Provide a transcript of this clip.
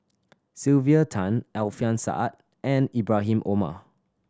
Sylvia Tan Alfian Sa'at and Ibrahim Omar